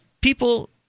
people